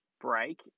break